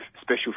special